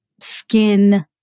skin